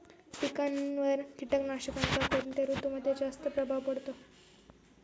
पिकांवर कीटकनाशकांचा कोणत्या ऋतूमध्ये जास्त प्रभाव पडतो?